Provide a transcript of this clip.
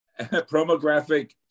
promographic